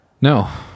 No